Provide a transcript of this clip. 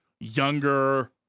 younger